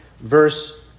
verse